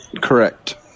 Correct